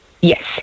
Yes